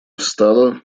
встала